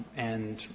and,